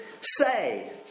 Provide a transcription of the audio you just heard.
say